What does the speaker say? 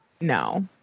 no